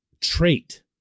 trait